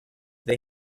they